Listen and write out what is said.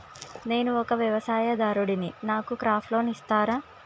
నేను ఒక వ్యవసాయదారుడిని నాకు క్రాప్ లోన్ ఇస్తారా?